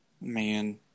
Man